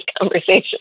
conversation